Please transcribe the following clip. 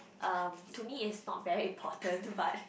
um to me it's not very important but